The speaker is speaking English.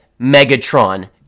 Megatron